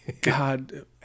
God